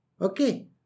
Okay